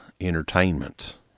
Entertainment